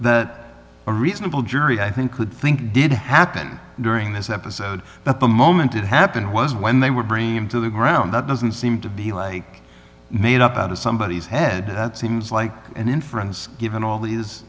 that a reasonable jury i think would think did happen during this episode but the moment it happened was when they were bringing him to the ground that doesn't seem to be like made up out of somebody's head that seems like an inference given all the